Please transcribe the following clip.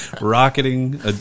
Rocketing